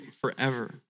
forever